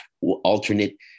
alternate